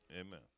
Amen